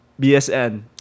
BSN